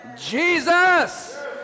Jesus